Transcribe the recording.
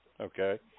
Okay